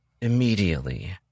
immediately